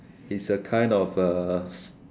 is a kind of uh